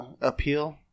appeal